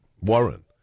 Warren